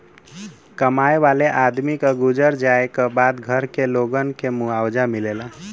कमाए वाले आदमी क गुजर जाए क बाद घर के लोगन के मुआवजा मिलेला